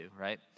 right